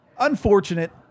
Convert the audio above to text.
Unfortunate